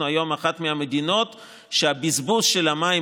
היום אנחנו אחת המדינות שבהן הבזבוז של המים